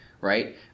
right